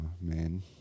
man